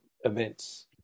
events